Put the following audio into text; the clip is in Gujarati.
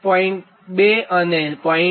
2 અને 0